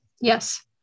Yes